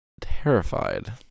terrified